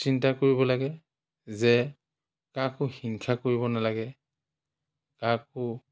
চিন্তা কৰিব লাগে যে কাকো হিংসা কৰিব নালাগে কাকো